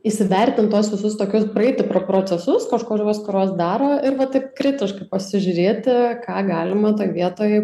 įsivertint tuos visus tokius praeiti pro procesus kažkuriuos kuriuos daro ir taip kritiškai pasižiūrėti ką galima toj vietoj